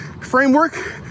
framework